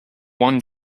one